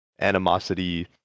animosity